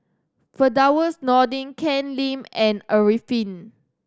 Firdaus Nordin Ken Lim and Arifin